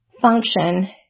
function